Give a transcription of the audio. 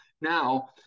Now